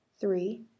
three